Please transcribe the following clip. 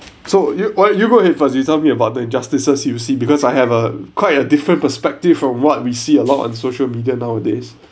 so you oh you go ahead you tell me about the injustices you see because I have uh quite a different perspective of what we see a lot on social media nowadays